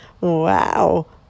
Wow